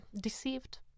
deceived